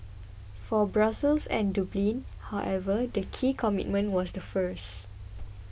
for Brussels and Dublin however the key commitment was the first